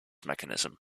mechanism